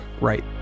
right